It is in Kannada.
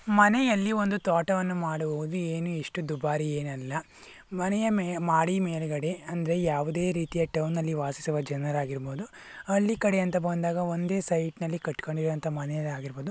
ಮನೆಯಲ್ಲಿ ಒಂದು ತೋಟವನ್ನು ಮಾಡುವುದು ಏನು ಅಷ್ಟು ದುಬಾರಿ ಏನಲ್ಲ ಮನೆಯ ಮೇಲೆ ಮಹಡಿ ಮೇಲುಗಡೆ ಅಂದರೆ ಯಾವುದೇ ರೀತಿಯ ಟೌನ್ನಲ್ಲಿ ವಾಸಿಸುವ ಜನರಾಗಿರ್ಬೋದು ಹಳ್ಳಿ ಕಡೆ ಅಂತ ಬಂದಾಗ ಒಂದೇ ಸೈಟ್ನಲ್ಲಿ ಕಟ್ಕೊಂಡಿರುವಂಥ ಮನೆಗಳಾಗಿರ್ಬೋದು